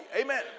Amen